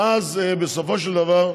ואז בסופו של דבר,